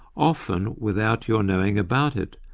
often without your knowing about it,